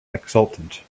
exultant